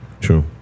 True